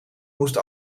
moest